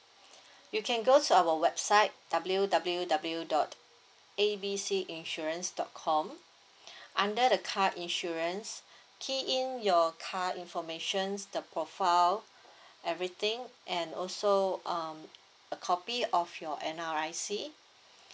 you can go to our website W W W dot A B C insurance dot com under the car insurance key in your car informations the profile everything and also um a copy of your N_R_I_C